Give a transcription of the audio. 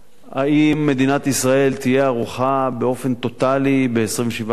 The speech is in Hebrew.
האם מדינת ישראל תהיה ערוכה באופן טוטלי ב-27 באוגוסט?